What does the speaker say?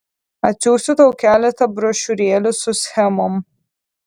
atsiųsiu tau keletą brošiūrėlių su schemom